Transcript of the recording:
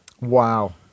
Wow